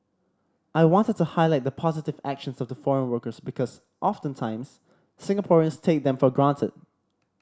I wanted to highlight the positive actions of the foreign workers because often times Singaporeans take them for granted